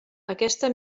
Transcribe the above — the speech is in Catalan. aquesta